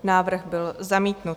Návrh byl zamítnut.